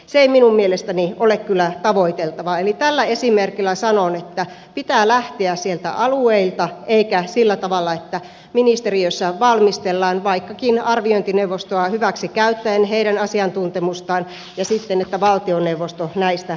se ei minun mielestäni ole kyllä tavoiteltavaa eli tällä esimerkillä sanon että pitää lähteä sieltä alueilta eikä sillä tavalla että ministeriössä valmistellaan vaikkakin arviointineuvostoa hyväksi käyttäen heidän asiantuntemustaan ja sitten että valtioneuvosto näistä päättäisi